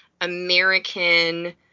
American